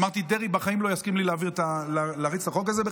ואמרתי שדרעי בחיים לא יסכים שאריץ את החוק הזה.